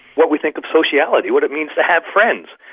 what we think of sociality, what it means to have friends.